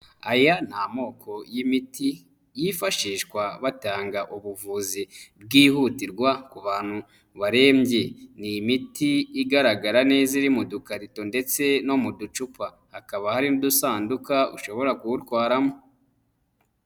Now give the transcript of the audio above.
Aya ni amoko y'imiti yifashishwa batanga ubuvuzi bwihutirwa ku bantu barembye. Ni imiti igaragara neza iri mu dukarito ndetse no mu ducupa. Hakaba hari n'udusanduka ushobora kuwutwaramo.